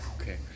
okay